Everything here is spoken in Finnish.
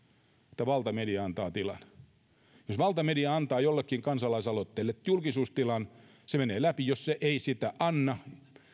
että valtamedia antaa tilan jos valtamedia antaa julkisuustilan jollekin kansalaisaloitteelle se menee läpi ja jos se ei sitä anna